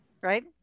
Right